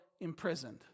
imprisoned